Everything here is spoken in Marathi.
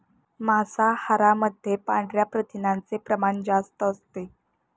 मांसाहारामध्ये पांढऱ्या प्रथिनांचे प्रमाण जास्त असते